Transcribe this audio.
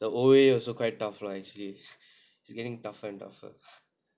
the old way also quite tough lah actually is getting tougher and tougher